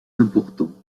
importants